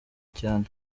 cyane